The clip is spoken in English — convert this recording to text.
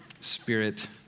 spirit